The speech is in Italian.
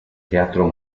teatro